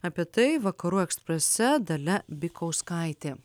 apie tai vakarų eksprese dalia bikauskaitė